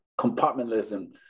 compartmentalism